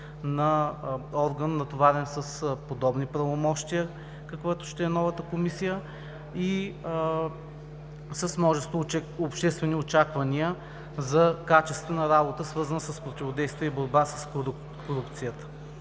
на орган, натоварен с подобни правомощия, каквато ще е новата Комисия, и с множество обществени очаквания за качествена работа, свързана с противодействие и борба с корупцията.